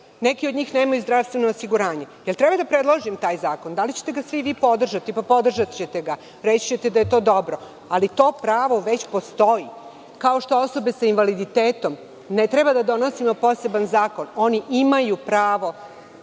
neki od njih nemaju zdravstveno osiguranje. Da li treba da predložim taj zakon? Da li ćete ga svi vi podržati? Podržaćete ga. Reći ćete da je to dobro. Ali, to pravo već postoji, kao što za osobe sa invaliditetom ne treba da donosimo poseban zakon. Oni imaju pravo